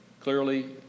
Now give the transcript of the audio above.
clearly